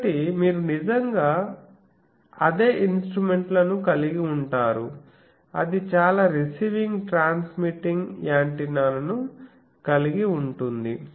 ఒకటి మీరు నిజంగా అదే ఇన్స్ట్రుమెంట్లను కలిగి ఉంటారు అది చాలా రిసీవింగ్ ట్రాన్స్మీట్టింగ్ యాంటెన్నాను కలిగి ఉంటుంది